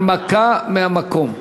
הנמקה מהמקום.